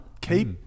Keep